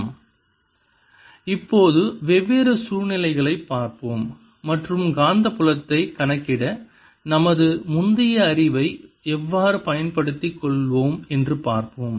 B0 Hjfree B0HM B04πdVjr×r rr r3 இப்போது வெவ்வேறு சூழ்நிலைகளைப் பார்ப்போம் மற்றும் காந்தப்புலத்தைக் கணக்கிட நமது முந்தைய அறிவை எவ்வாறு பயன்படுத்திக் கொள்வோம் என்று பார்ப்போம்